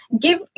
give